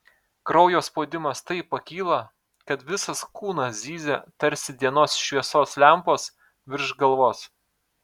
kraujo spaudimas taip pakyla kad visas kūnas zyzia tarsi dienos šviesos lempos virš galvos